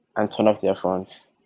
and turn off their phones.